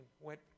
went